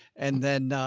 and then, ah,